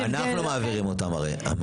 זה אנחנו מעבירים אותם הרי.